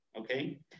okay